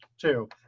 two